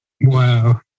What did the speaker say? wow